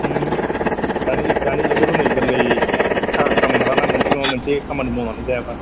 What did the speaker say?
दानि दानि जुगावथ' नै गोरलैयै थाखा खामायनो हालाना मोनसे नङा मोनसे खामानि मावनानै जायाबा